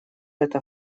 это